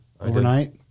overnight